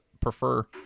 prefer